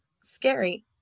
Scary